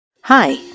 Hi